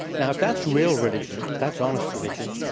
now, if that's real religion, that's honest religion,